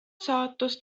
saatus